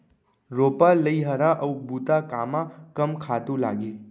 रोपा, लइहरा अऊ बुता कामा कम खातू लागही?